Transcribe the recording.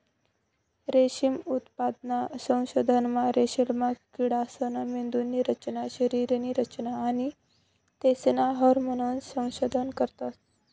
रेशीम उत्पादनना संशोधनमा रेशीमना किडासना मेंदुनी रचना, शरीरनी रचना आणि तेसना हार्मोन्सनं संशोधन करतस